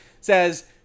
says